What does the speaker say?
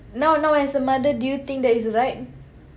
now now as a mother do you think that is right